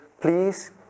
please